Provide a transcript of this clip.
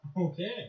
Okay